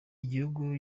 igihugu